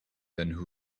then